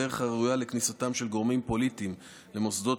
הדרך הראויה לכניסתם של גורמים פוליטיים למוסדות